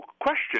question